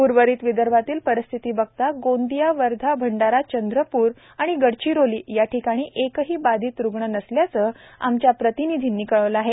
उर्वरित विदर्भातिल परिस्थिति बघता गोंदिया वर्धा भंडारा चंद्रप्र एएनडी गडचिरोली याठिकाणी एकही बाधित रुग्ण नसल्याचे आमच्या प्रतिनिधीने कळवले आहे